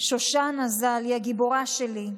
"שושנה ז"ל היא הגיבורה שלי.